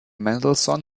mandelson